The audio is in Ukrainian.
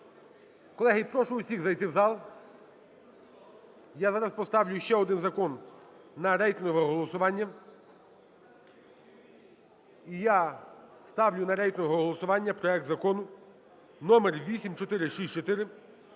Колеги, я прошу всіх зайти в зал, я зараз поставлю ще один закон на рейтингове голосування. І я ставлю на рейтингове голосування проект закону (№ 8464)